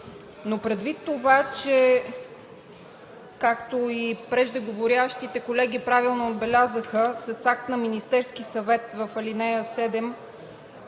Но предвид това че, както и преждеговорящите колеги правилно отбелязаха, с акт на Министерския съвет в ал. 7